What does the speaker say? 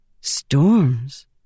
Storms